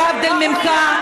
להבדיל ממך,